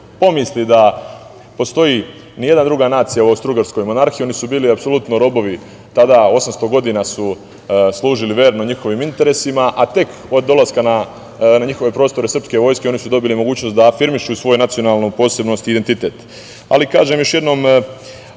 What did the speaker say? pomisli da postoji ni jedna druga nacija u Austrougarskoj monarhiji. Oni su bili apsolutno robovi, 800 godina su služili verno njihovim interesima, a tek od dolaska na njihove prostore srpske vojske oni su dobili mogućnost da afirmišu svoju nacionalnu posebnost i identitet. Kažem, još jednom,